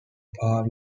par